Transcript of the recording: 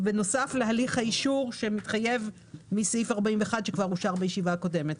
זה בנוסף להליך האישור שמתחייב מסעיף 41 שכבר אושר בישיבה הקודמת.